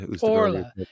Orla